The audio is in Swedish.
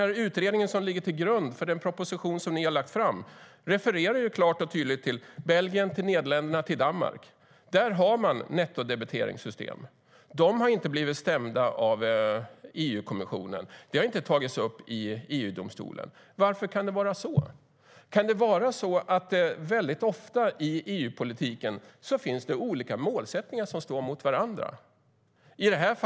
Den utredning som ligger till grund för den proposition som ni har lagt fram refererar klart och tydligt till Belgien, Nederländerna och Danmark. Där har man nettodebiteringssystem. De har inte blivit stämda av EU-kommissionen. Det har inte tagits upp i EU-domstolen. Varför är det så? Kan det vara så att det ofta står olika målsättningar mot varandra i EU-politiken?